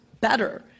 better